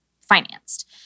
financed